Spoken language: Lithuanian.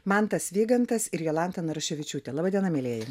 mantas vygantas ir jolanta naruševičiūtė laba diena mielieji